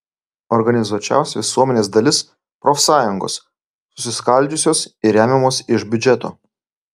organizuočiausia visuomenės dalis profsąjungos susiskaldžiusios ir remiamos iš biudžeto